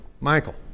Michael